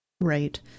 Right